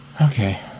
okay